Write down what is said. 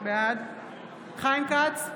בעד חיים כץ,